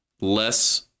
less